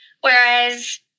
Whereas